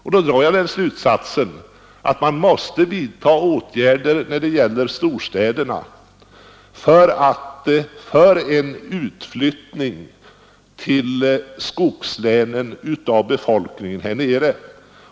Jag drar då den slutsatsen att man måste vidta åtgärder när det gäller storstäderna för att få en kraftig utflyttning därifrån till stödområdet.